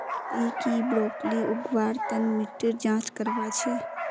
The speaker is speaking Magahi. ती की ब्रोकली उगव्वार तन मिट्टीर जांच करया छि?